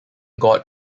god